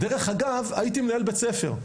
דרך אגב, הייתי מנהל בית ספר.